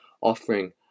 offering